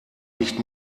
nicht